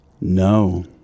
No